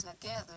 together